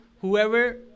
whoever